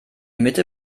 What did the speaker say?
mitte